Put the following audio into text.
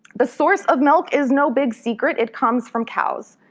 the source of milk is no big secret it comes from cows.